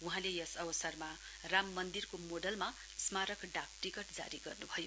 वहाँले यस अवसरमा राम मन्दिरको मोडलमा स्मारक डाक टिकट जारी गर्नु भयो